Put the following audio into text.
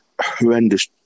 horrendous